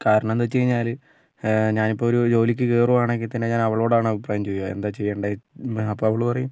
കാരണമെന്താണെന്ന് വെച്ച് കഴിഞ്ഞാല് ഞാനിപ്പം ഒരു ജോലിക്ക് കയറുവാണെങ്കിൽ തന്നെ ഞാൻ അവളോടാണ് അഭിപ്രായം ചോദിക്കുക എന്താ ചെയ്യണ്ടത് അപ്പം അവൾ പറയും